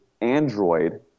android